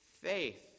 faith